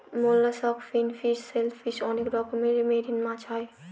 mollusc, finfish, shellfish অনেক রকমের marine মাছ হয়